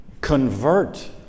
Convert